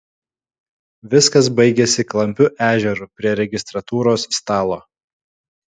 viskas baigėsi klampiu ežeru prie registratūros stalo